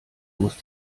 muss